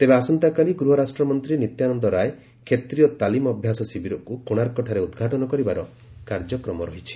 ତେବେ ଆସନ୍ତାକାଲି ଗୃହରାଷ୍ଟ୍ରମନ୍ତୀ ନିତ୍ୟାନନ୍ଦ ରାୟ ଷେତ୍ରିୟ ତାଲିମ ଅଭ୍ୟାସ ଶିବିରକୁ କୋଶାର୍କଠାରେ ଉଦ୍ଘାଟନ କରିବାର କାର୍ଯ୍ୟକ୍ରମ ରହିଛି